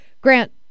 Grant